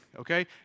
okay